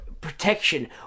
protection